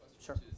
sure